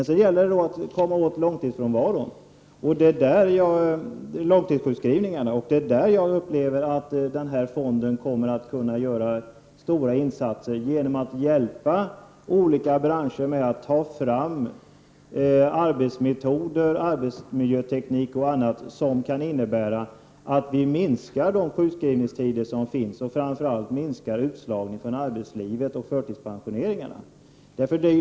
Så gäller det då att komma åt långtidssjukskrivningarna, och det är där jag har upplevt att arbetslivsfonden kommer att kunna göra stora insatser genom att hjälpa olika branscher med att ta fram arbetsmetoder, arbetsmiljöteknik och annat som kan innebära minskade sjukskrivningstider och framför allt minskad utslagning från arbetslivet och förtidspensioneringar.